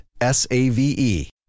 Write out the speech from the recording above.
S-A-V-E